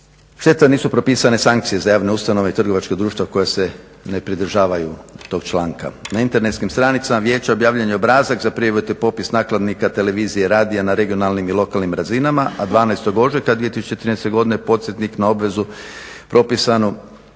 Šteta nisu propisane sankcije za javne ustanove i trgovačka društva koja se ne pridržavaju tog članka. Na internetskim stranicama vijeća objavljen je obrazac za prijavu te popis nakladnika televizije, radija na regionalnim i lokalnim razinama a 12.ožujka 2013.podsjetnik na obvezu propisanu